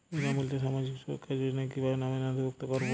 বিনামূল্যে সামাজিক সুরক্ষা যোজনায় কিভাবে নামে নথিভুক্ত করবো?